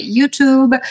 YouTube